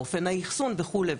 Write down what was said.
לאופן האחסון וכו'.